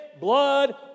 blood